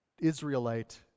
Israelite